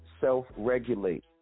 self-regulate